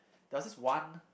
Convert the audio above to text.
there was this one